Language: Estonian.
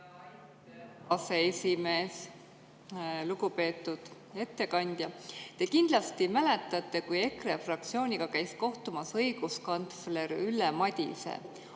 aseesimees! Lugupeetud ettekandja! Te kindlasti mäletate, kui EKRE fraktsiooniga käis kohtumas õiguskantsler Ülle Madise.